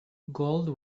gold